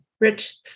Rich